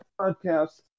Podcast